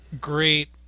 Great